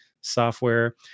software